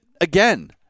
again